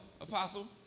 apostle